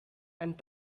and